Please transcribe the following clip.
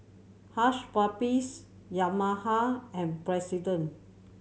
Hush Puppies Yamaha and President